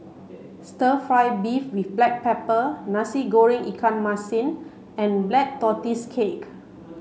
stir fry beef with black pepper Nasi Goreng Ikan Masin and black tortoise cake